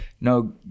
no